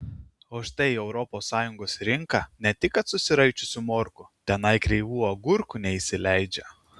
o štai į europos sąjungos rinką ne tik kad susiraičiusių morkų tenai kreivų agurkų neįsileidžia